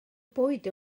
bwyd